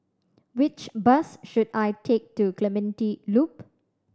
which bus should I take to Clementi Loop